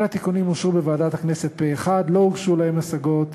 כל התיקונים אושרו בוועדת הכנסת פה אחד ולא הוגשו להם השגות.